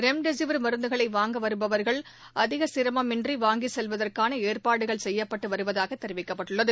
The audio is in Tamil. ரெம்டெசிவர் மருந்துகளை வாங்க வருபவர்கள் அதிக சிரமம் இன்றி வாங்கி செல்வதற்கான ஏற்பாடுகள் செய்யப்பட்டு வருவதாக தெரிவிக்கப்பட்டுள்ளது